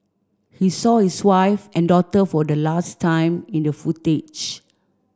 he saw his wife and daughter for the last time in the footage